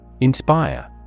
Inspire